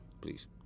Please